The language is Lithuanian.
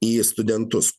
į studentus